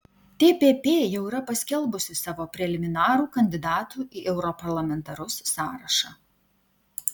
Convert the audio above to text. tpp jau yra paskelbusi savo preliminarų kandidatų į europarlamentarus sąrašą